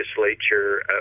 Legislature